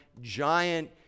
giant